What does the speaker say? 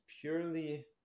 purely